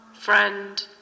friend